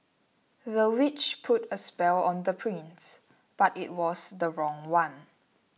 the witch put a spell on the prince but it was the wrong one